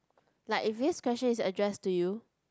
like if this question is addressed to you